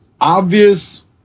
obvious